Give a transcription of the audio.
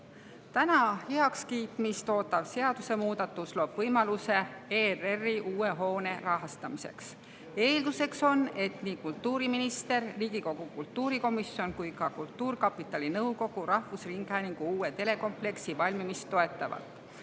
Täna heakskiitmist ootav seadusemuudatus loob võimaluse ERR‑i uue hoone rahastamiseks. Eelduseks on, et nii kultuuriminister, Riigikogu kultuurikomisjon kui ka kultuurkapitali nõukogu rahvusringhäälingu uue telekompleksi valmimist toetavad.